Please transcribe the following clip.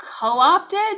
co-opted